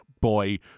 boy